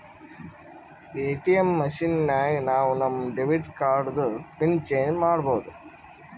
ATM machine ನಾಗ್ ನಾವ್ ನಮ್ ಡೆಬಿಟ್ ಕಾರ್ಡ್ದು ಪಿನ್ ಚೇಂಜ್ ಮಾಡ್ಬೋದು